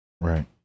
Right